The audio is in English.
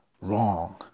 wrong